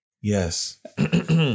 Yes